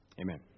Amen